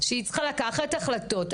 שהיא צריכה לקחת החלטות.